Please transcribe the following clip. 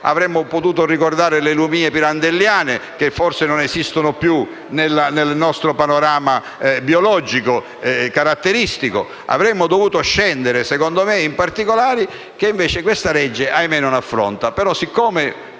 Avremmo potuto ricordare le lumìe pirandelliane, che forse non esistono più nel nostro panorama biologico caratteristico; saremmo dovuti scendere, secondo me, in particolari che invece questa legge - ahimè - non affronta.